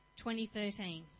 2013